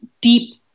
deep